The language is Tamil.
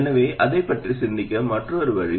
எனவே அதைப் பற்றி சிந்திக்க மற்றொரு வழி